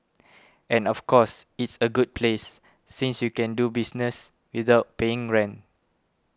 and of course it's a good place since you can do business without paying rent